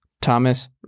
thomas